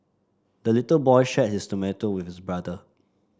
the little boy shared his tomato with his brother